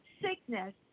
Sickness